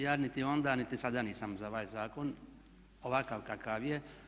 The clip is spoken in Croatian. Ja niti onda niti sada nisam za ovaj zakon ovakav kakav je.